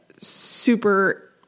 super